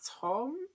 Tom